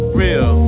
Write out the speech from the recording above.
real